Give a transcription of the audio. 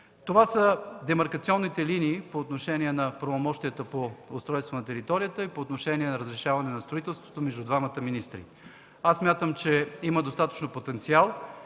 Това са демаркационните линии по отношение на правомощията по Закона за устройство на територията, по отношение разрешаването на строителството между двамата министри. Смятам, че има достатъчно потенциал